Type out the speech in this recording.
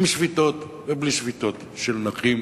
עם שביתות ובלי שביתות של נכים